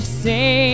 say